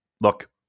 Look